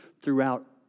throughout